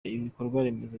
ibikorwaremezo